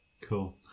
cool